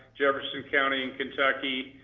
jefferson county in kentucky,